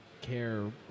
care